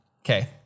Okay